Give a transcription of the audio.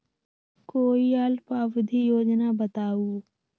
कोई अल्प अवधि योजना बताऊ?